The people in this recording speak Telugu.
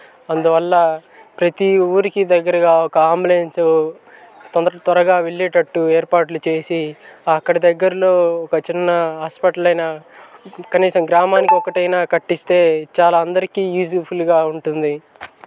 అందువల్ల ప్రతి ఊరికి దగ్గరగా ఒక అంబులెన్సు తొంద త్వరగా వెళ్ళేటట్టు ఏర్పాట్లు చేసి అక్కడ దగ్గర్లలో ఒక చిన్న హాస్పిటల్ అయినా కనీసం గ్రామానికి ఒకటి అయినా కట్టిస్తే చాలా అందరికి యూజ్ఫుల్గా ఉంటుంది